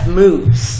moves